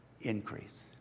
increase